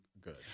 good